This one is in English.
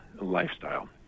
lifestyle